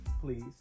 please